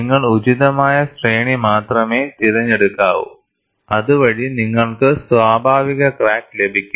നിങ്ങൾ ഉചിതമായ ശ്രേണി മാത്രമേ തിരഞ്ഞെടുക്കാവൂ അതുവഴി നിങ്ങൾക്ക് സ്വാഭാവിക ക്രാക്ക് ലഭിക്കും